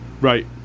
right